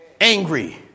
Angry